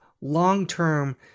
long-term